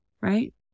Right